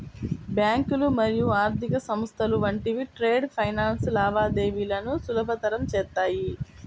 బ్యాంకులు మరియు ఆర్థిక సంస్థలు వంటివి ట్రేడ్ ఫైనాన్స్ లావాదేవీలను సులభతరం చేత్తాయి